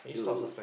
!eww!